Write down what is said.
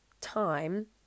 time